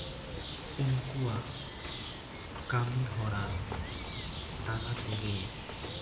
ᱩᱱᱠᱩᱣᱟᱜ ᱠᱟᱹᱢᱤ ᱦᱚᱨᱟ ᱛᱟᱞᱟ ᱛᱮᱜᱮ